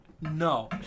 No